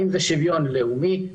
האם זה שוויון לאומי,